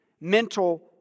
mental